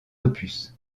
opus